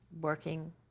working